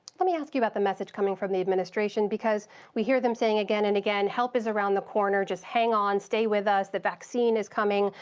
let me ask you about the message coming from the administration, because we hear them saying again and again, help is around the corner, just hang on, stay with us, the vaccine is coming.